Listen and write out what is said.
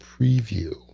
Preview